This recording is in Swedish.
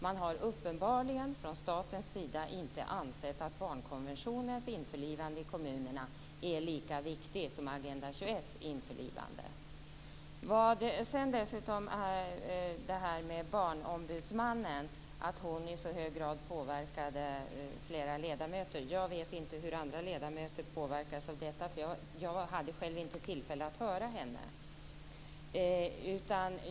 Man har uppenbarligen från statens sida inte ansett att barnkonventionens införlivande i kommunerna är lika viktig som Med anledning av påståendet att Barnombudsmannen i hög grad påverkade flera ledamöter vill jag säga att jag inte vet hur andra ledamöter påverkades av detta. Jag hade själv inte tillfälle att höra henne.